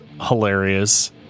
hilarious